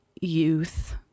youth